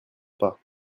pas